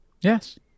Yes